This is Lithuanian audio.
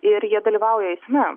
ir jie dalyvauja eisme